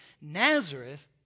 Nazareth